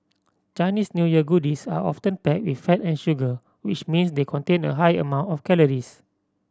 Chinese New Year goodies are often packed with fat and sugar which means they contain a high amount of calories